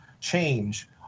change